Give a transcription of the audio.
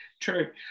True